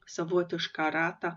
savotišką ratą